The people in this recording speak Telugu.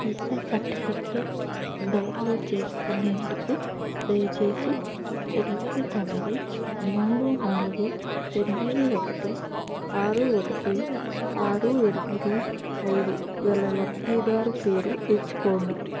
టీకా సర్టిఫికేట్ డౌన్లోడ్ చేసుకునేందుకు దయచేసి ఎనిమిది తొమ్మిది మూడు నాలుగు ఎనిమిది ఒకటి ఆరు ఒకటి ఆరు ఎనిమిది ఐదు గల లబ్ధిదారు పేరు ఎంచుకోండి